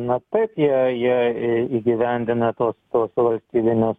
na taip jie jie į įgyvendina tuos tuos valstybinius